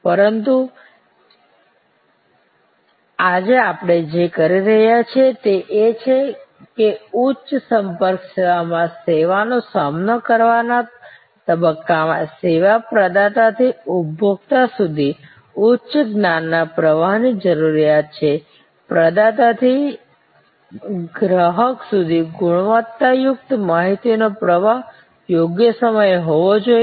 પરંતુ આજે આપણે જે કહી રહ્યા છીએ તે એ છે કે ઉચ્ચ સંપર્ક સેવામાં સેવાનો સામનો કરવાના તબક્કામાં સેવા પ્રદાતાથી ઉપભોક્તા સુધી ઉચ્ચ જ્ઞાનના પ્રવાહ ની જરૂરિયાત છે પ્રદાતાથી ગ્રાહક સુધી ગુણવત્તાયુક્ત માહિતીનો પ્રવાહ યોગ્ય સમયે હોવો જોઈએ